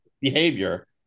behavior